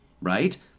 right